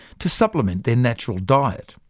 to supplement their natural diet.